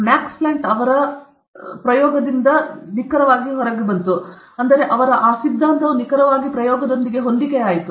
Max Planck ಅವರು C 2 ನ ಶಕ್ತಿಗೆ ಲಂಡಾ ಡಿ 5 ರಿಂದ ನಾನು ಮೈನಸ್ 1 ಅನ್ನು ಹಾಕಿದರೆ ನಂತರ ನಿಖರವಾಗಿ ಆ ಸಿದ್ಧಾಂತವು ಪ್ರಯೋಗದೊಂದಿಗೆ ಹೊಂದಿಕೆಯಾಯಿತು